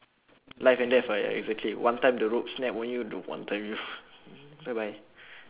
life and death ah ya exactly one time the rope snap on you the one time you bye bye